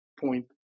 point